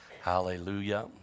Hallelujah